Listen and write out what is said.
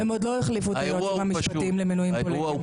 גם היועצת המשפטית.